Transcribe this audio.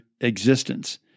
existence